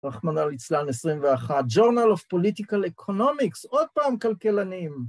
רחמנא ליצלן 21, Journal of Political Economics, עוד פעם כלכלנים.